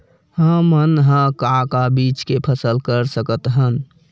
हमन ह का का बीज के फसल कर सकत हन?